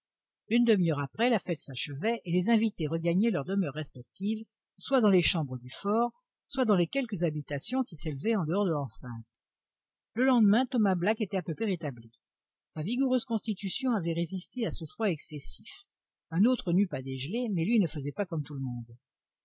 une demi-heure après la fête s'achevait et les invités regagnaient leurs demeures respectives soit dans les chambres du fort soit dans les quelques habitations qui s'élevaient en dehors de l'enceinte le lendemain thomas black était à peu près rétabli sa vigoureuse constitution avait résisté à ce froid excessif un autre n'eût pas dégelé mais lui ne faisait pas comme tout le monde